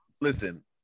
listen